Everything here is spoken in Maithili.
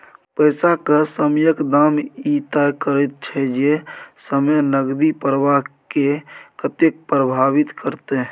पैसा के समयक दाम ई तय करैत छै जे समय नकदी प्रवाह के कतेक प्रभावित करते